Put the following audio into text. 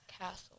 Castle